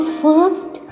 first